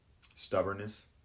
Stubbornness